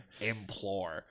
Implore